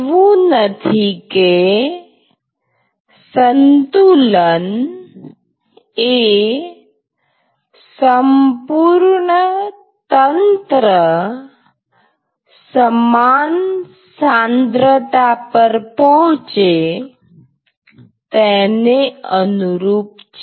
એવું નથી કે સંતુલન એ સંપૂર્ણ તંત્ર સમાન સાંદ્રતા પર પહોંચે તેને અનુરૂપ છે